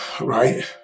right